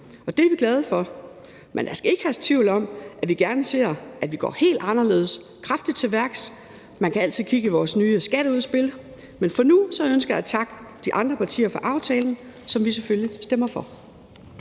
det er vi glade for. Men der skal ikke herske tvivl om, at vi gerne ser, at man går helt anderledes kraftigt til værks. Man kan altid kigge i vores nye skatteudspil. Men for nu ønsker jeg at takke de andre partier for lovforslaget, som vi selvfølgelig stemmer for.